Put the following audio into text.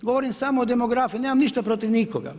Govorim samo o demografiji, nemam ništa protiv nikoga.